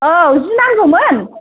औ जि नांगौमोन